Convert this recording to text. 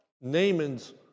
Naaman's